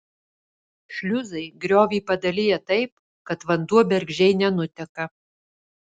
šliuzai griovį padalija taip kad vanduo bergždžiai nenuteka